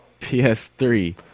PS3